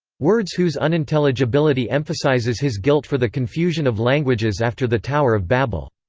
words whose unintelligibility emphasizes his guilt for the confusion of languages after the tower of babel.